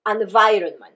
environment